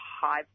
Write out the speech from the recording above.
high